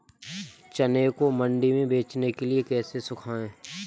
चने को मंडी में बेचने के लिए कैसे सुखाएँ?